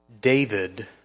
David